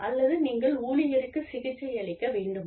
அல்லது நீங்கள் ஊழியருக்குச் சிகிச்சை அளிக்க வேண்டுமா